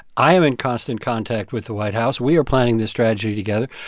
i am in constant contact with the white house, we are planning this strategy together.